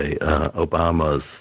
Obama's